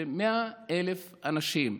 זה 100,000 אנשים.